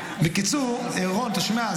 בקיצור, רון, אתה שומע?